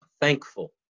Thankful